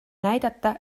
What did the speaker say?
näidata